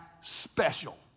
special